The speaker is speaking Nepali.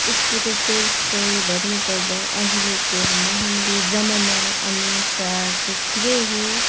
स्कुलको सोक चाहिँ भन्नुपर्दा अहिलेको महँगी जमाना अनुसार चाहिँ ठिकै हो